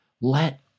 let